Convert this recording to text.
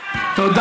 אז למה, תודה.